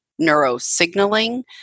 neurosignaling